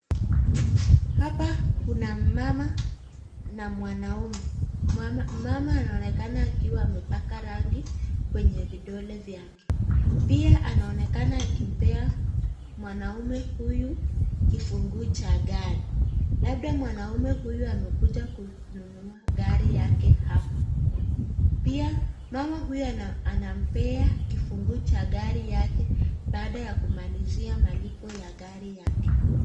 Hapa kuna mmama na mwanaume, mmama anaonekana akiwa amepaka rangi kwenye vidole vyake. Pia anaonekana akimpea mwanaume huyu, kifunguu cha garI, labda mwanaume huyu amekuja kununua gari yake hapa. Pia mama huyu anampea kifunguu cha gari yake, baada ya kumalizia malipo ya gari yake.